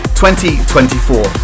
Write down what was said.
2024